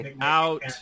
out